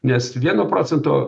nes vieno procento